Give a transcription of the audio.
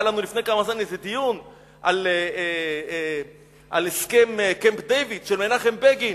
היה לנו לפני זמן דיון על הסכם קמפ-דייוויד של מנחם בגין